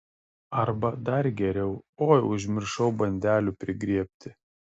arba dar geriau oi užmiršau bandelių prigriebti